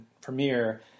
premiere